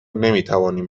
نمیتوانیم